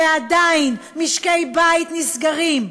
ועדיין משקי-בית נסגרים.